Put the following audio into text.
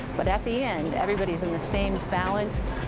but at the end everybody's in the same, balanced,